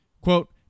quote